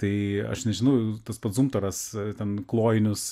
tai aš nežinau tas pats zumtoras ten klojinius